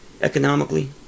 economically